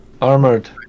armored